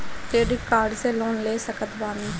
Credit card से loan ले सकत बानी?